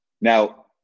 Now